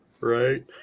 Right